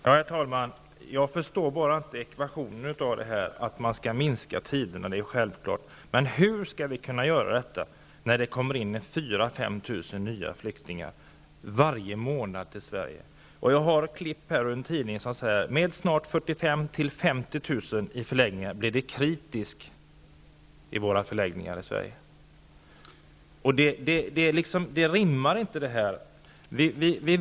Då och då förs fram förslag att asylsökande redan vid ankomsten till Sverige skall erhålla juristhjälp. Att en del advokater ställer upp på detta förslag är utan tvekan lättbegripligt. Detta förslag skall ses mot bakgrund av att rättshjälpsreglerna för svenska medborgare, i takt med den ekonomiska tillbakagången, under senare tid alltmer skärpts.